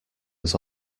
was